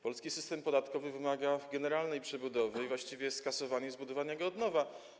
Polski system podatkowy wymaga generalnej przebudowy, a właściwie skasowania go i zbudowania od nowa.